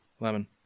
Lemon